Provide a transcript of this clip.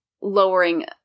lowering